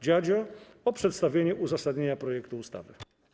Dziadzia o przedstawienie uzasadnienia projektu ustawy.